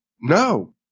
No